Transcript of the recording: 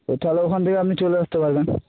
তো তাহলে ওখান থেকে আপনি চলে আসতে পারবেন